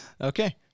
Okay